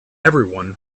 everyone